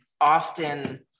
often